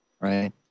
right